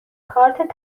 کارت